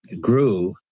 grew